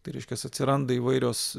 tai reiškias atsiranda įvairios